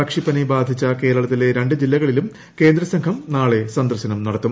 പക്ഷിപ്പ്നി ബാധിച്ച കേരളത്തിലെ രണ്ട് ജില്ലകളിലും ക്ക്രീന്ദ്സംഘം നാളെയും സന്ദർശനം നടത്തും